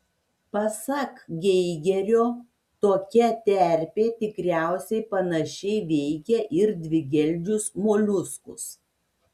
pasak geigerio tokia terpė tikriausiai panašiai veikia ir dvigeldžius moliuskus